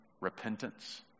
repentance